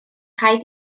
rhaid